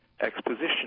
exposition